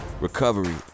recovery